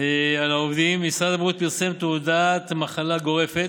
על העובדים, משרד הבריאות פרסם תעודת מחלה גורפת,